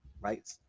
right